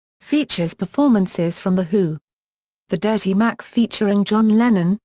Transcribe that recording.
features performances from the who the dirty mac featuring john lennon,